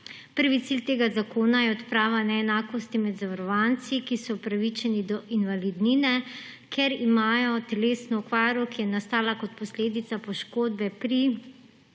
Prvi cilj tega zakona je odprava neenakosti med zavarovanci, ki so upravičeni do invalidnine, ker imajo telesno okvaro, ki je nastala kot posledica poškodbe pri